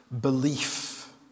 belief